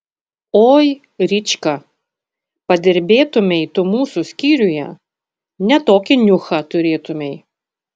oi rička padirbėtumei tu mūsų skyriuje ne tokį niuchą turėtumei